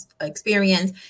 experience